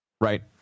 right